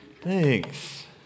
Thanks